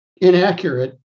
inaccurate